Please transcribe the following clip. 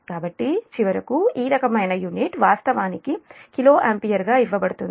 కాబట్టి చివరకు ఈ రకమైన యూనిట్ వాస్తవానికి కిలో ఆంపియర్ గా ఇవ్వబడుతుంది